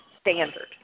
standard